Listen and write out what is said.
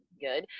good